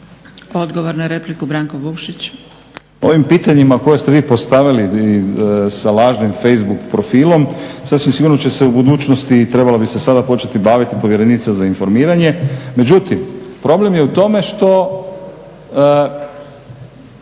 Odgovor na repliku Martina Banić.